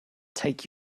take